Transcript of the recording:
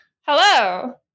Hello